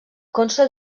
consta